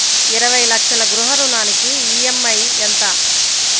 ఇరవై లక్షల గృహ రుణానికి ఈ.ఎం.ఐ ఎంత?